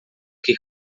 que